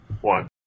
one